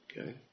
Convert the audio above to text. Okay